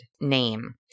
name